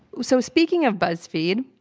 so speaking of buzzfeed,